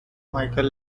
michel